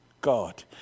God